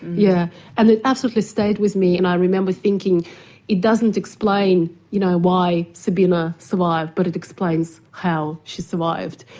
yeah and it absolutely stayed with me and i remember thinking it doesn't explain you know why sabina survived but it explains how she survived.